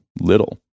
little